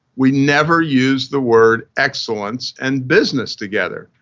we never use the word excellence and business together,